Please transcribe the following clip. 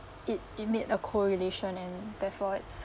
it it made a correlation and therefore it's